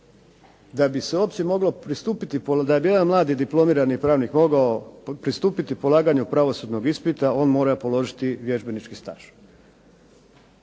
da bi se uopće moglo pristupiti da bi jedan mladi pravnik mogao pristupiti polaganju pravosudnog ispita, on mora položiti vježbenički staž.